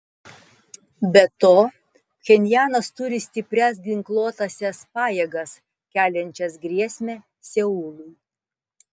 be to pchenjanas turi stiprias ginkluotąsias pajėgas keliančias grėsmę seului